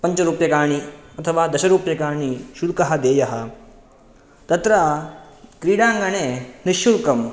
पञ्चरुप्यकाणि अथवा दशरुप्यकाणि शुल्कः देयः तत्र क्रीडाङ्गणे निश्शुल्कं